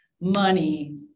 money